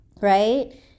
right